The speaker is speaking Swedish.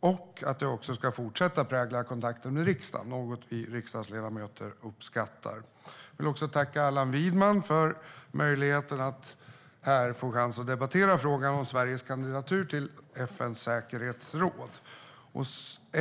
och att det ska fortsätta prägla kontakten med riksdagen, vilket är något som vi riksdagsledamöter uppskattar. Jag vill också tacka Allan Widman för möjligheten att här få chans att debattera frågan om Sveriges kandidatur till FN:s säkerhetsråd.